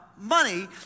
money